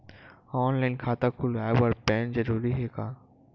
Online खाता खुलवाय बर पैन जरूरी हे का?